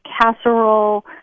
casserole